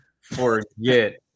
forget